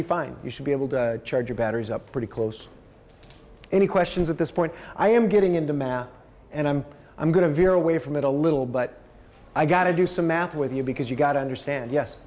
be fine you should be able to charge your batteries up pretty close any questions at this point i am getting into math and i'm i'm going to veer away from it a little but i got to do some math with you because you've got to understand yes